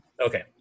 Okay